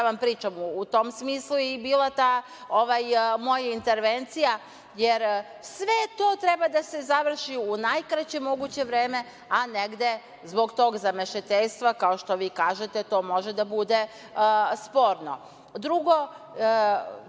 šta vam pričam, u tom smislu je i bila ta moja intervencija, jer sve to treba da se završi u najkraćem moguće vreme, a negde zbog tog zamešateljstva, kao što vi kažete, to može da bude sporno. Drugo,